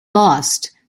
lost